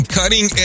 cutting